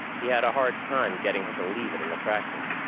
he had a hard time getting her to leave it in the tractor,